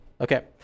Okay